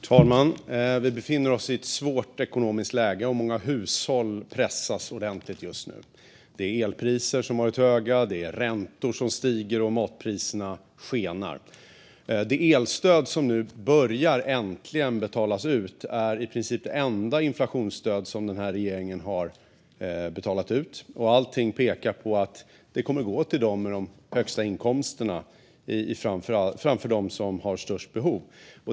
Herr talman! Vi befinner oss i ett svårt ekonomiskt läge, och många hushåll pressas ordentligt just nu. Det är elpriser som har varit höga, räntor som stiger och matpriser som skenar. Det elstöd som nu äntligen börjar betalas ut är i princip det enda inflationsstöd som den här regeringen har betalat ut, och allting pekar på att det kommer att gå till dem med de högsta inkomsterna snarare än till dem som har störst behov av det.